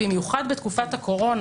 במיוחד בתקופת הקורונה,